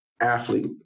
athlete